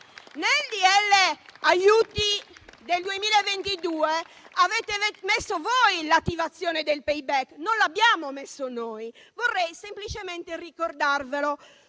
aiuti del 2022 avete messo voi l'attivazione del *payback*, non l'abbiamo messa noi. Vorrei semplicemente ricordarvelo.